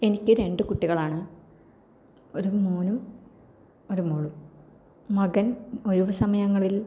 എനിക്ക് രണ്ടു കുട്ടികളാണ് ഒരു മോനും ഒരു മോളും മകന് ഒഴിവു സമയങ്ങളില്